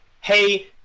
hey